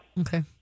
Okay